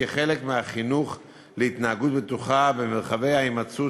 כחלק מהחינוך להתנהגות בטוחה במרחבי ההימצאות